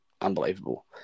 unbelievable